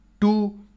two